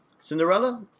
Cinderella